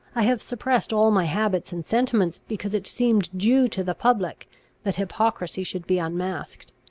i have suppressed all my habits and sentiments, because it seemed due to the public that hypocrisy should be unmasked.